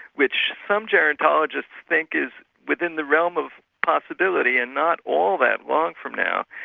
which some gerontologists think is within the realm of possibility and not all that long from now,